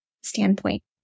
standpoint